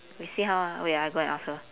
we see how ah wait ah I go and ask her